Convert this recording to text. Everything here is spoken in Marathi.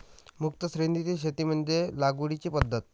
मुक्त श्रेणीतील शेती म्हणजे लागवडीची पद्धत